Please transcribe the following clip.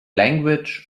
language